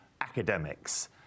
academics